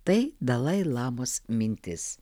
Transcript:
tai dalai lamos mintis